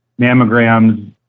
mammograms